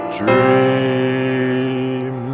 dream